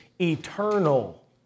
eternal